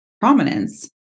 prominence